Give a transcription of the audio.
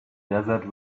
desert